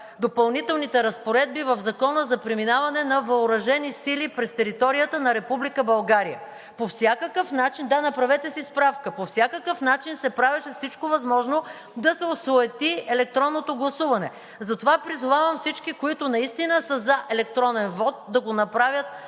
Допълнителните разпоредби в Закона за преминаване на въоръжени сили през територията на Република България. По всякакъв начин… (Реплика.) Да, направете си справка. По всякакъв начин се правеше всичко възможно да се осуети електронното гласуване. Затова призовавам всички, които наистина са „за“ електронен вот, да го направят